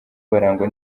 barangwa